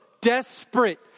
desperate